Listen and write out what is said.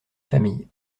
famille